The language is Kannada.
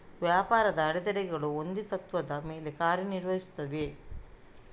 ವ್ಯಾಪಾರದ ಅಡೆತಡೆಗಳು ಒಂದೇ ತತ್ತ್ವದ ಮೇಲೆ ಕಾರ್ಯ ನಿರ್ವಹಿಸುತ್ತವೆ